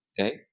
okay